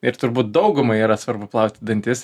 ir turbūt daugumai yra svarbu plauti dantis